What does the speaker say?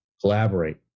collaborate